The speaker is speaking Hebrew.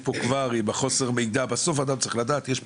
אדם צריך לדעת שיש כתובת,